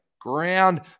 ground